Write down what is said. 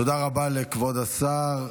תודה רבה לכבוד השר.